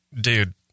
dude